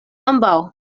ambaŭ